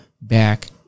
back